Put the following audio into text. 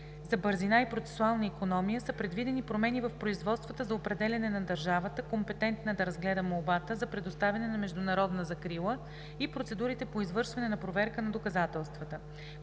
за бързина и процесуална икономия са предвидени промени в производствата за определяне на държавата, компетентна да разгледа молбата за предоставяне на международна закрила, и процедурите по извършване на проверка на доказателствата.